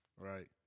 Right